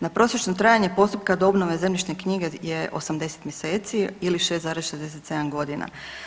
Na prosječno trajanje postupka do obnove zemljišne knjige je 80 mjeseci ili 6,67.g.